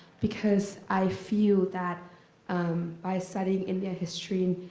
because i feel that um by studying india history, and